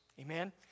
Amen